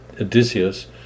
Odysseus